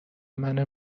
منو